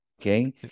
okay